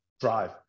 drive